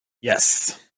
Yes